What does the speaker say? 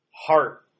heart